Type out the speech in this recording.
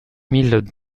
mille